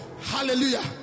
Hallelujah